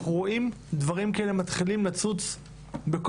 אנחנו רואים דברים כאלה מתחילים לצוץ בכל